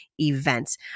events